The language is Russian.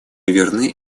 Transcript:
верны